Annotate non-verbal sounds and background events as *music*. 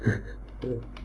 *laughs*